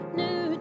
new